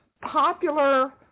popular